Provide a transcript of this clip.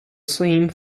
same